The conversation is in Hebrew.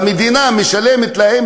והמדינה משלמת להם